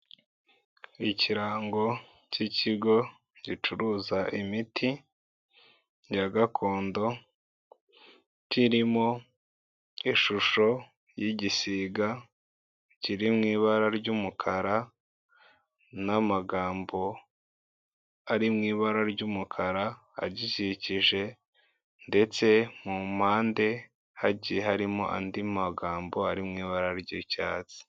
Ikirango cy'ikigo gicuruza imiti ya gakondo kirimo ishusho y'igisiga kiri mu ibara ry'umukara n'amagambo ari mu ibara ry'umukara agikikije. Ndetse mu mpande hagiye harimo andi magambo ari mu ibara ry'icyatsi.